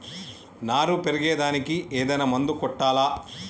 నారు పెరిగే దానికి ఏదైనా మందు కొట్టాలా?